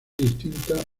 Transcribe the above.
distintas